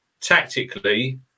tactically